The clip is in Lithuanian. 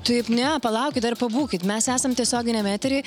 taip ne palaukit dar pabūkit mes esam tiesioginiame etery